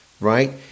right